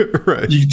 Right